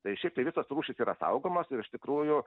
tai šiaip tai visos rūšys yra saugomos ir iš tikrųjų